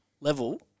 level